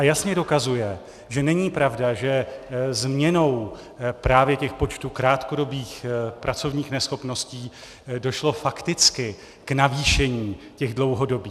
Jasně dokazuje, že není pravda, že změnou právě těch počtů krátkodobých pracovních neschopností došlo fakticky k navýšení těch dlouhodobých.